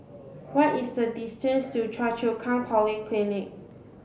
what is the distance to Choa Chu Kang Polyclinic